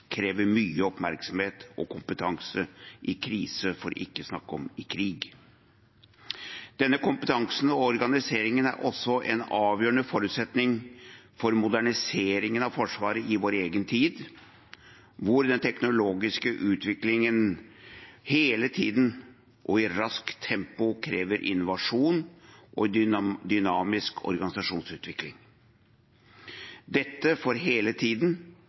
krever mye oppmerksomhet og kompetanse i krise, for ikke å snakke om i krig. Denne kompetansen og organiseringen er også en avgjørende forutsetning for moderniseringen av Forsvaret i vår egen tid, hvor den teknologiske utviklingen hele tiden og i raskt tempo krever innovasjon og dynamisk organisasjonsutvikling – dette for hele tiden